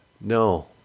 No